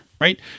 Right